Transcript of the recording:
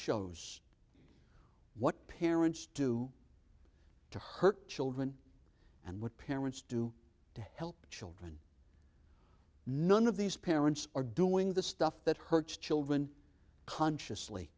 shows what parents do to hurt children and what parents do to help children none of these parents are doing the stuff that hurts children consciously